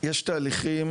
יש תהליכים